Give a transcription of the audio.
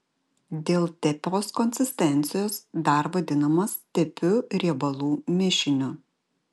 dėl tepios konsistencijos dar vadinamas tepiu riebalų mišiniu